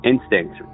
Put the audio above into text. instinct